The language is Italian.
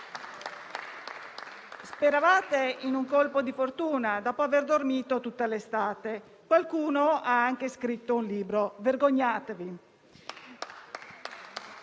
Speravate in un colpo di fortuna, dopo aver dormito tutta l'estate. Qualcuno ha anche scritto un libro. Vergognatevi.